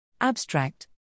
Abstract